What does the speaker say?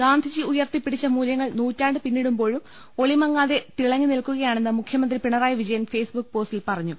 ഗാന്ധിജി ഉയർത്തിപ്പിടിച്ച മൂലൃങ്ങൾ നൂറ്റാണ്ട് പിന്നിടു മ്പോഴും ഒളിമങ്ങാതെ തിളങ്ങി നിൽക്കുകയാണെന്ന് മുഖ്യ മന്ത്രി പിണറായി വിജയൻ ഫെയ്സ്ബുക്ക് പോസ്റ്റിൽ പറ ഞ്ഞു